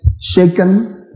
shaken